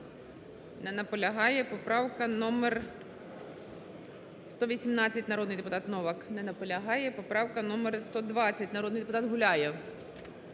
наполягає. Поправка номер 189, народний депутат Новак. Не наполягає. Поправка номер 210, народний депутат Журжій.